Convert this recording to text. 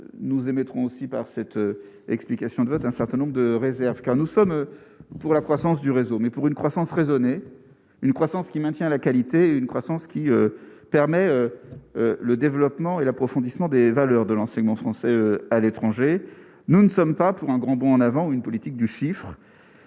nous émettrons aussi par cette explication de vote un certain nombre de réserves, car nous sommes pour la croissance du réseau, mais pour une croissance raisonnée, une croissance qui maintient la qualité, une croissance qui permet le développement et l'approfondissement des valeurs de l'enseignement français à l'étranger, nous ne sommes pas pour un grand bond en avant, une politique du chiffre.